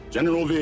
General